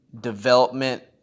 development